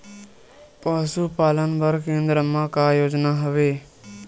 पशुपालन बर केन्द्र म का योजना हवे?